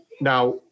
Now